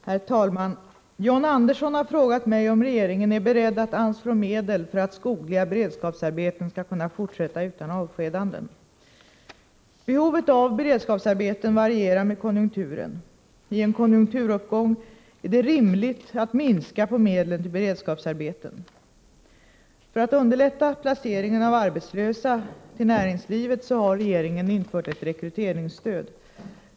Herr talman! John Andersson har frågat mig om regeringen är beredd att anslå medel för att skogliga beredskapsarbeten skall kunna fortsätta utan avskedanden. Behovet av beredskapsarbeten varierar med konjunkturen. I en konjunkturuppgång är det rimligt att minska på medlen till beredskapsarbeten. För att underlätta placeringen av arbetslösa till näringslivet har regeringen infört ett rekryteringsstöd.